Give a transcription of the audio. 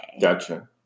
Gotcha